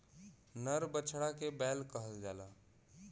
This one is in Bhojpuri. नर बछड़ा के बैल कहल जाला